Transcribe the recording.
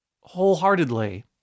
wholeheartedly